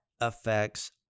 affects